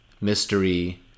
mystery